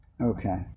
Okay